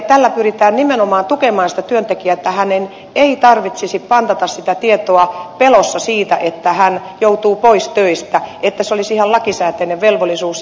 tällä pyritään nimenomaan tukemaan sitä työntekijää että hänen ei tarvitsisi pantata tietoa pelossa siitä että hän joutuu pois töistä että se olisi ihan lakisääteinen velvollisuus